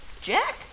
Jack